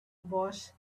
was